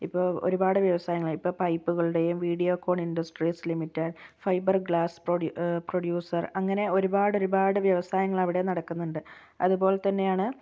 ഇപ്പോൾ ഒരുപാട് വ്യവസായങ്ങൾ ഇപ്പോൾ പൈപ്പുകളുടെയും Videocon industries limited fibre glass പ്രൊഡ്യൂ പ്രൊഡ്യൂസർ അങ്ങനെ ഒരുപാടൊരുപാട് വ്യവസായങ്ങളവിടെ നടക്കുന്നുണ്ട് അതുപോലെ തന്നെയാണ്